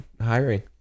hiring